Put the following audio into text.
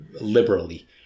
liberally